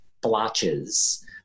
blotches